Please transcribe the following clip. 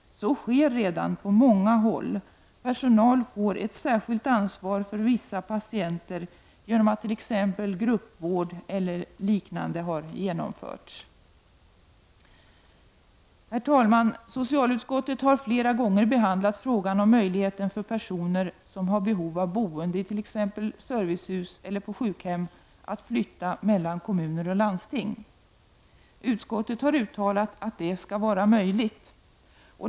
Så sker redan på många håll. Personal får ett särskilt ansvar för vissa patienter genom att t.ex. gruppvård eller liknande har genomförts. Herr talman! Socialutskottet har flera gånger behandlat frågan om möjligheten för personer som har behov av boende i t.ex. servicehus eller på sjukhem att flytta mellan kommuner och mellan landsting. Utskottet har uttalat att det skall vara möjligt.